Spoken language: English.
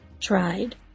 Tried